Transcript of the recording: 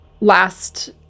last